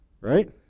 Right